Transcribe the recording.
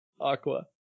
Aqua